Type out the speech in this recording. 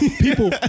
People